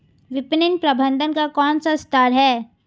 विपणन प्रबंधन का कौन सा स्तर है?